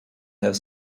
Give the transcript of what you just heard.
have